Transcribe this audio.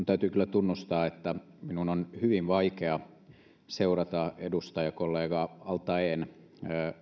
täytyy kyllä tunnustaa että minun on hyvin vaikea seurata edustajakollega al taeen